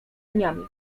dniami